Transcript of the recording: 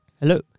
Hello